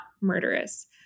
murderous